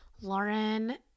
Lauren